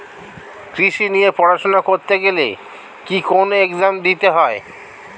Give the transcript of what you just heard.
কৃষি নিয়ে পড়াশোনা করতে গেলে কি কোন এগজাম দিতে হয়?